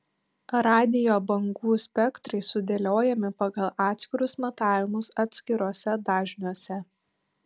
radijo bangų spektrai sudėliojami pagal atskirus matavimus atskiruose dažniuose